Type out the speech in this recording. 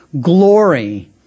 glory